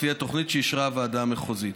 לפי התוכנית שאישרה הוועדה המחוזית,